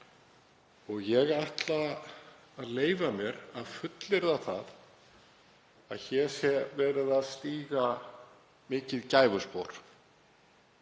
Ég ætla að leyfa mér að fullyrða að hér sé verið að stíga mikið gæfuspor